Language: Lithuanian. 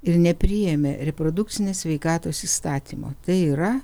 ir nepriėmė reprodukcinės sveikatos įstatymo tai yra